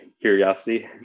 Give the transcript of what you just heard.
curiosity